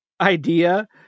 idea